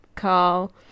carl